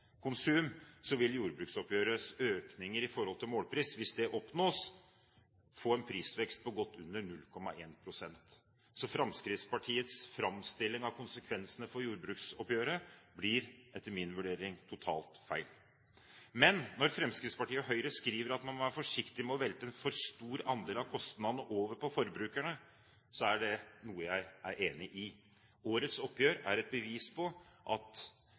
konsum, vil jordbruksoppgjøret og økning i målpriser, hvis det oppnås, gi en prisvekst på godt under 0,1 pst. Så Fremskrittspartiets framstilling av konsekvensene for jordbruksoppgjøret blir etter min vurdering totalt feil. Men når Fremskrittspartiet og Høyre skriver at man må være forsiktig med å velte en for stor andel av kostnadene over på forbrukerne, er det noe jeg er enig i. Årets oppgjør er et bevis på at